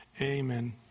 Amen